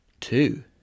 Two